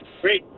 great